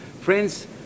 friends